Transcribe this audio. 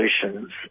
solutions